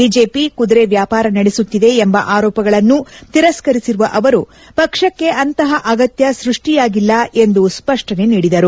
BJP ಕುದುರೆ ವ್ಯಾಪಾರ ನಡೆಸುತ್ತಿದೆ ಎಂಬ ಆರೋಪಗಳನ್ನು ತಿರಸ್ತರಿಸಿರುವ ಪಕ್ಷಕ್ಷೆ ಅಂತಹ ಅಗತ್ಯ ಸೃಷ್ಟಿಯಾಗಿಲ್ಲ ಎಂದು ಸ್ಪಷ್ಟನೆ ನೀಡಿದರು